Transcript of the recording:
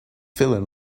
feeling